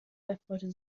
erfreute